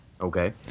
Okay